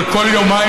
אבל כל יומיים,